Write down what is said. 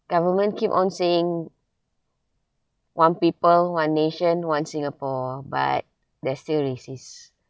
government keep on saying one people one nation one singapore but they are still racists